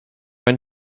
when